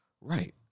Right